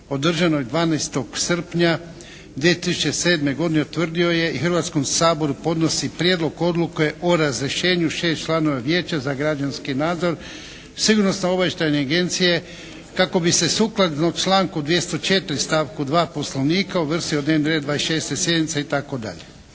održanoj 12. srpnja 2007. godine utvrdio je i Hrvatskom saboru podnosi Prijedlog odluke o razrješenju 6 članova Vijeća za građanski nadzor Sigurnosno-obavještajne agencije kako bi se sukladno članku 204. stavku 2. Poslovnika uvrstio u dnevni red 26. sjednice i